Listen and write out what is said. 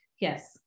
Yes